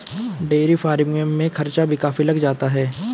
dairy farming में खर्चा भी काफी लग जाता है